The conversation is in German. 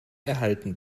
erhalten